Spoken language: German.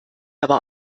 aber